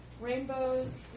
rainbows